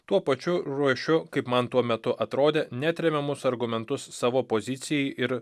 tuo pačiu ruošiu kaip man tuo metu atrodė neatremiamus argumentus savo pozicijai ir